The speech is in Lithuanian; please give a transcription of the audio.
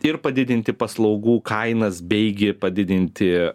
ir padidinti paslaugų kainas beigi padidinti